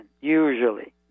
usually